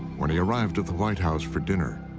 when he arrived at the white house for dinner,